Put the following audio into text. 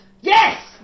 Yes